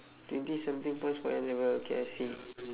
twenty something points for N-level K I see